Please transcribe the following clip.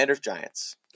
Giants